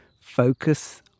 focus